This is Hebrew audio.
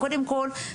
קודם כל,